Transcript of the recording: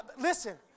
listen